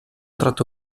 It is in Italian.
tratto